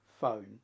phone